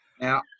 Now